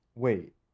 Wait